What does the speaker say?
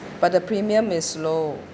but the premium is low